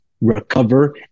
recover